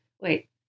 wait